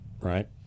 Right